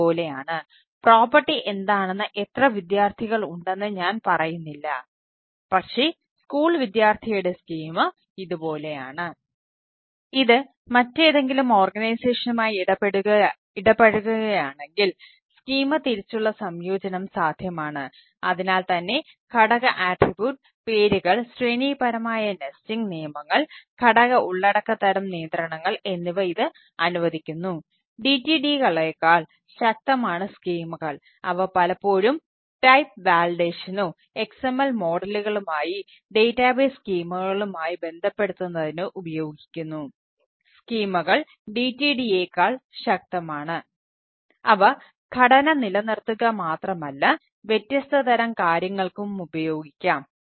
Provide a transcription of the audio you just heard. ഇത് മറ്റേതെങ്കിലും ഓർഗനൈസേഷനുമായി DTD യേക്കാൾ ശക്തമാണ് അവ ഘടന നിലനിർത്തുക മാത്രമല്ല വ്യത്യസ്ത തരം കാര്യങ്ങൾക്കും ഉപയോഗിക്കാം